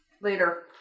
Later